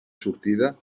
sortida